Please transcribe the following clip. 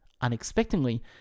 unexpectedly